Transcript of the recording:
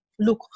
Look